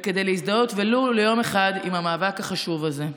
וכדי להזדהות, ולו ליום אחד, עם המאבק החשוב הזה.